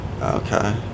Okay